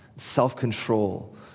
self-control